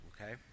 okay